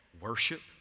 worship